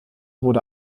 wurde